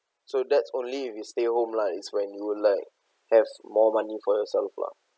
so that's only if you stay at home lah when you like have more money for yourself lah